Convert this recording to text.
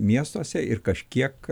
miestuose ir kažkiek